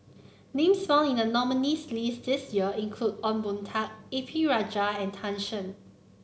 names found in the nominees' list this year include Ong Boon Tat A P Rajah and Tan Shen